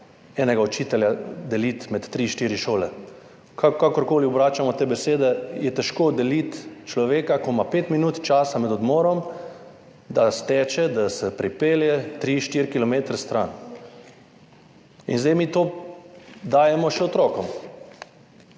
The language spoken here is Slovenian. enega učitelja, deliti med tri, štiri šole. Kakorkoli obračamo te besede, je težko deliti človeka, ki ima 5 minut časa med odmorom, da steče, da se pripelje 3, 4 km stran. In zdaj mi to dajemo še otrokom.